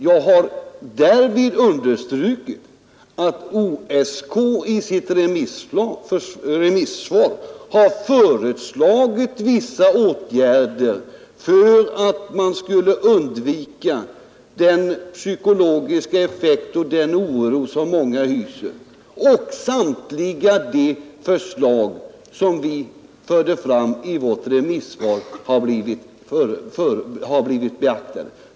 Jag har därvid understrukit att OSK i sitt remissvar har föreslagit vissa åtgärder i syfte att man skulle undvika den psykologiska effekten och den oro som många känner. Samtliga de förslag som vi förde fram i vårt remissvar har blivit beaktade.